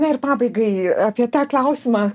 na ir pabaigai apie tą klausimą